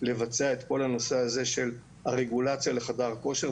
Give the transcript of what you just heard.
לבצע את כל הנושא הזה של הרגולציה לחדר כושר,